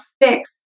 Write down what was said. fix